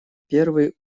первый